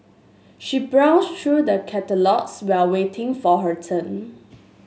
she browsed through the catalogues while waiting for her turn